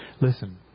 Listen